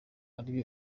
ari